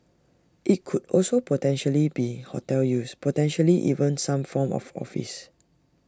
IT could also potentially be hotel use potentially even some form of office